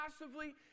passively